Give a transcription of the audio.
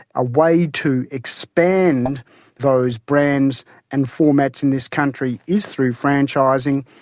a way to expand those brands and formats in this country is through franchising,